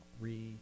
re